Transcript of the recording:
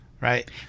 Right